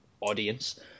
audience